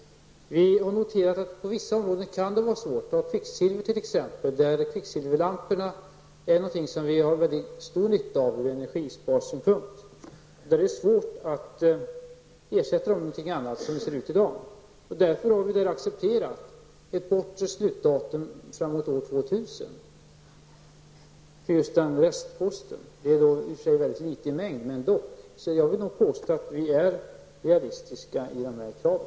Vi har noterat att det på vissa områden kan vara svårt att hitta alternativ, t.ex. när det gäller kvicksilver. Kvicksilverlamporna har vi ju från energisparsynpunkt haft mycket stor nytta av. Därför är det svårt att ersätta dem med någonting annat -- åtminstone som situationen är i dag. Således har vi när det gäller just denna restpost accepterat ett bortre slutdatum, framemot år 2000. Det gäller i och för sig en mycket liten mängd -- men ändå! Mot den bakgrunden vill jag nog påstå att vi är realistiska när vi ställer våra krav.